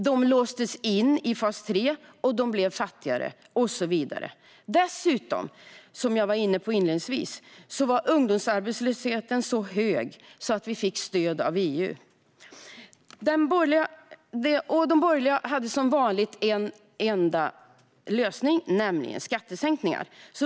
De låstes in i fas 3 och blev fattigare och så vidare. Dessutom var ungdomsarbetslösheten så hög att vi fick stöd av EU. De borgerliga hade som vanligt en enda lösning, nämligen skattesänkningar.